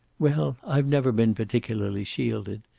well, i've never been particularly shielded.